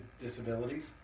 disabilities